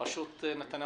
נתניה